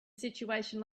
situation